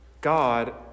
God